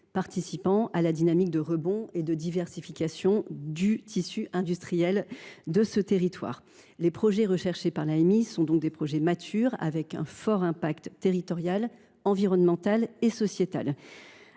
participant à la dynamique de rebond et de diversification du tissu industriel de ce territoire. Les projets recherchés par l’AMI sont donc des projets matures, avec un fort impact territorial, environnemental et sociétal.